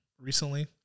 recently